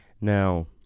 Now